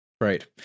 Right